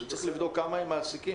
שצריך לבדוק כמה הם מעסיקים.